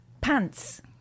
pants